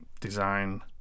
design